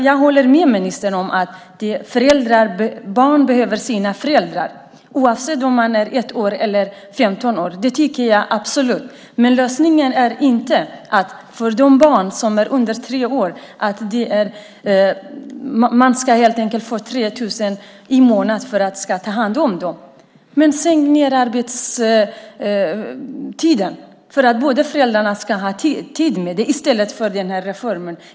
Jag håller med ministern om att ett barn behöver sina föräldrar, oavsett om barnet är ett år eller om barnet är 15 år - det tycker jag absolut - men lösningen är inte att föräldrar som har barn som är yngre än tre år helt enkelt ska få 3 000 kronor i månaden för att ta hand om sina barn. Sänk arbetstiden så att båda föräldrarna har tid i stället för att satsa på den här reformen!